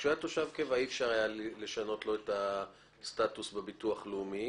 כשהוא היה תושב קבע אי אפשר היה לשנות לו אתה הסטטוס בביטוח לאומי.